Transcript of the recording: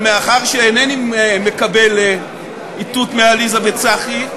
אבל מאחר שאינני מקבל איתות מעליזה וצחי,